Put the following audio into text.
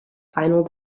final